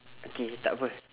okay takpa